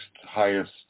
highest